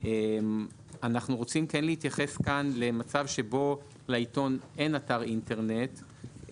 אנחנו רוצים להתייחס כאן למצב שבו לעיתון אין אתר אינטרנט,